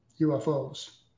UFOs